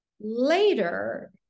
later